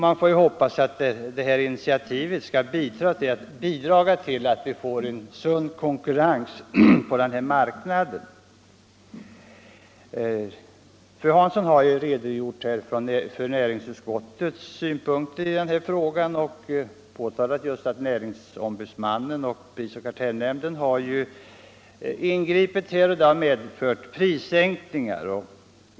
Man får hoppas att detta initiativ skall bidra till att vi får en sund konkurrens på denna marknad. Fru Hansson har redogjort för näringsutskottets synpunkter på frågan och påpekat att näringsfrihetsombudsmannen och prisoch kartellnämnden ingripit, vilket medfört prissänkningar.